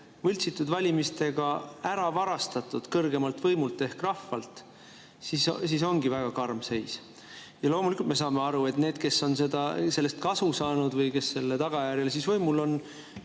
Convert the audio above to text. võltsitud valimistega ära varastatud kõrgeimalt võimult ehk rahvalt, siis ongi väga karm seis. Loomulikult me saame aru, et need, kes on sellest kasu saanud või kes selle tagajärjel on võimul,